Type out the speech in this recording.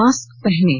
mask पहनें